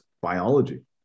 biology